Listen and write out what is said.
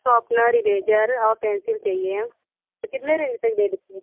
sharpener eraser और pencil चाहिए लिखने के लिए